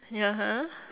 ya !huh!